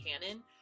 canon